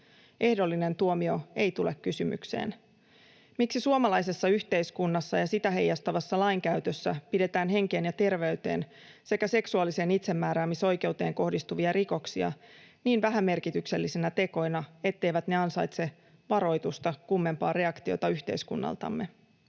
ehdollinen tuomio ei tule kysymykseen. Miksi suomalaisessa yhteiskunnassa ja sitä heijastavassa lainkäytössä pidetään henkeen ja terveyteen sekä seksuaaliseen itsemääräämisoikeuteen kohdistuvia rikoksia niin vähämerkityksellisinä tekoina, etteivät ne ansaitse varoitusta kummempaa reaktiota yhteiskunnaltamme?